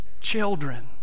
children